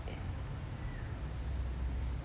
it